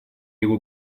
его